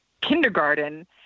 kindergarten